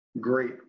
great